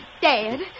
Dad